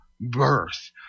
birth